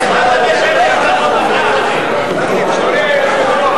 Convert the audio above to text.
אדוני היושב-ראש,